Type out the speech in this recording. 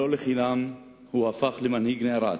לא לחינם הוא הפך למנהיג נערץ,